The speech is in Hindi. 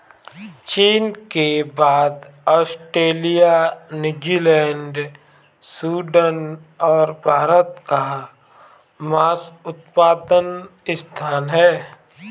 चीन के बाद ऑस्ट्रेलिया, न्यूजीलैंड, सूडान और भारत का मांस उत्पादन स्थान है